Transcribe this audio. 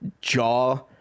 jaw